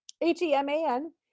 H-E-M-A-N